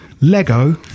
lego